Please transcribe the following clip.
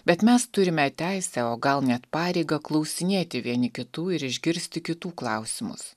bet mes turime teisę o gal net pareigą klausinėti vieni kitų ir išgirsti kitų klausimus